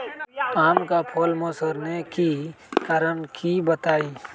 आम क फल म सरने कि कारण हई बताई?